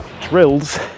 drills